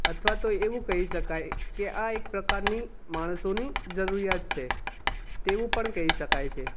અથવા તો એવું કહી શકાય કે આ એક પ્રકારની માણસોની જરૂરિયાત છે તેવું પણ કહી શકાય છે